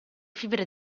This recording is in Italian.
fibre